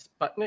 Sputnik